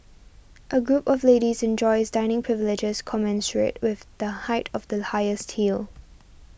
a group of ladies enjoys dining privileges commensurate with the height of the highest heel